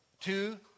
Two